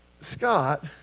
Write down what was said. Scott